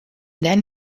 then